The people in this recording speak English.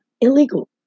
illegal